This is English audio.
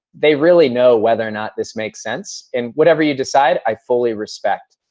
they really know whether or not this makes sense and whatever you decide i fully respect.